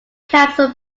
capsule